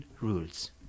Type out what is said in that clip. rules